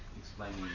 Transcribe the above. explaining